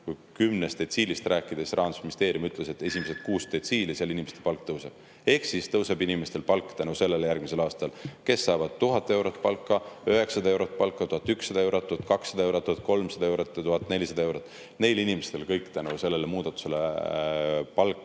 Kui kümnest detsiilist rääkida, siis Rahandusministeerium ütles, et esimeses kuues detsiilis inimeste palk tõuseb. Tänu sellele tõuseb inimestel palk järgmisel aastal. Kes saavad 900 eurot palka, 1000 eurot palka, 1100 eurot, 1200 eurot, 1300 eurot ja 1400 eurot – neil inimestel tänu sellele muudatusele palk